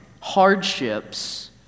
hardships